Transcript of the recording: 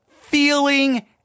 feeling